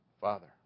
Father